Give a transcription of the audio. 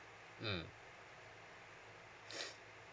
mm